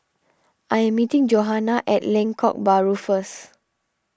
I am meeting Johana at Lengkok Bahru first